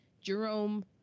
Jerome